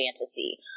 fantasy